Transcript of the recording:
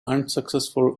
unsuccessful